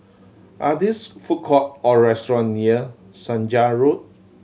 are these food courts or restaurant near Senja Road